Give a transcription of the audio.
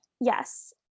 Yes